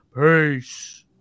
Peace